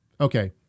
Okay